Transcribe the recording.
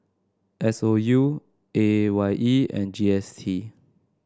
S O U A Y E and G S T